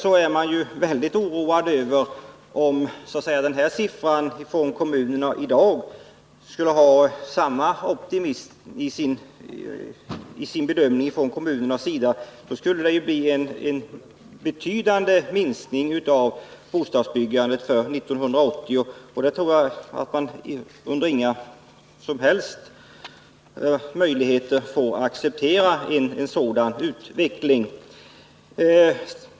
Man är därför väldigt orolig för att det till grund för denna siffra från kommunerna ligger samma optimism. Det skulle innebära en betydande minskning av bostadsbyggandet under 1980. En sådan utveckling får man inte acceptera under några som helst förhållanden.